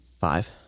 five